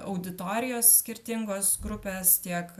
auditorijos skirtingos grupės tiek